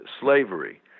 slavery